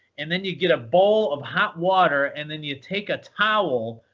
and then you get a bowl of hot water. and then you take a towel,